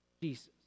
Jesus